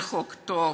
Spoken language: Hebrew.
זה חוק טוב,